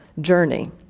journey